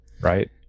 Right